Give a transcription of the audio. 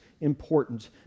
important